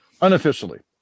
Unofficially